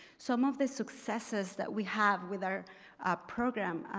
some of the successes that we have with our program,